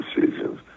decisions